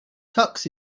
tux